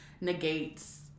negates